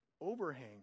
overhang